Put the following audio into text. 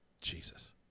Jesus